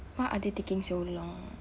why are they taking so long